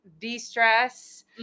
de-stress